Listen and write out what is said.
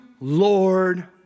Lord